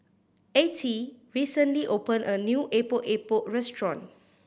Attie recently opened a new Epok Epok restaurant